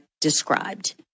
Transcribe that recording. Described